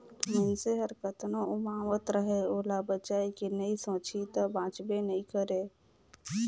मइनसे हर कतनो उमावत रहें ओला बचाए के नइ सोचही त बांचबे नइ करे